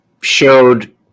showed